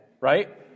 right